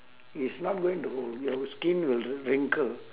it's not going to your skin will wrinkle